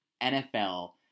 NFL